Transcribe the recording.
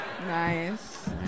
Nice